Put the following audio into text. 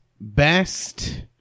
best